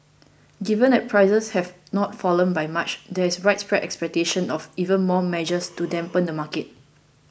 given that prices have not fallen by much there is widespread expectation of even more measures to dampen the market